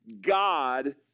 God